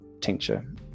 tincture